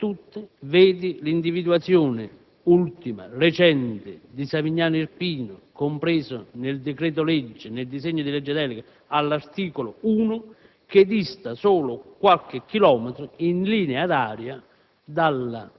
originale individuazione, queste hanno finito o finiscono comunque con l'interessare aree limitrofe alle discariche già esistenti e utilizzate sin dal 1994.